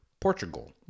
Portugal